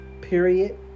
Period